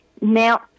Now